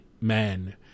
man